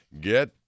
Get